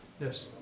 Yes